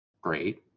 great